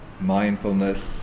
mindfulness